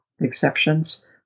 exceptions